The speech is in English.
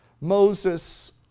Moses